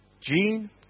Jean